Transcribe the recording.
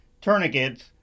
tourniquets